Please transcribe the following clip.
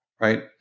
right